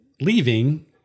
leaving